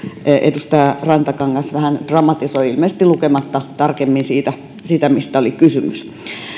edustaja rantakangas vähän dramatisoi ilmeisesti lukematta tarkemmin siitä siitä mistä oli kysymys